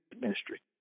ministry